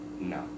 No